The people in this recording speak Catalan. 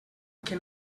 que